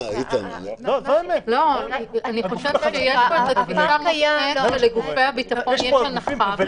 אני חושבת שיש פה איזו תפיסה מוטעית שאומרת שלגופי הביטחון יש הנחה.